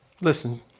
Listen